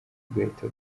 tugahita